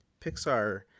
Pixar